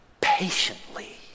patiently